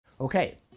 Okay